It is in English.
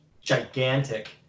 gigantic